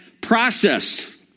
process